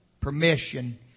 permission